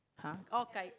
!huh! orh gai~